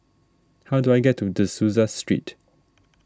how do I get to De Souza Street